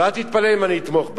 ואל תתפלא אם אני אתמוך בה.